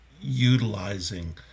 utilizing